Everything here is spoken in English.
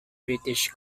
british